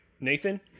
Nathan